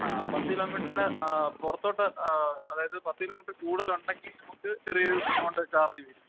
ആ പത്ത് കിലോമീറ്ററി്റെ പൊറത്തോട്ട് അതായത് പത്ത് കിലോമീറ്റർ കൂടുതൽ ഉണ്ടെങ്കി നമക്ക് ചെറിയൊരു എമൗണ്ട് ചാർജ് വെരും